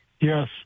Yes